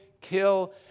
kill